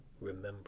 remember